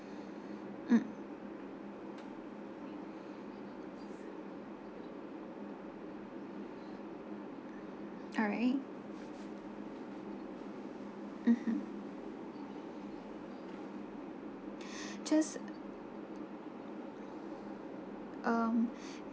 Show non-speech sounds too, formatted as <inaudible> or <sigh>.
mm alright mmhmm <breath> just um